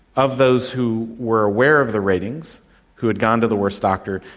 of those who were aware of the ratings who had gone to the worst doctor,